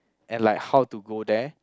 and like how to go there